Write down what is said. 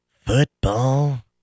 Football